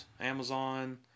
Amazon